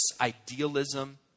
idealism